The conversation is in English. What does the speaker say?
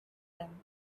them